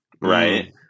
right